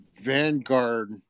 Vanguard